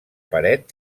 paret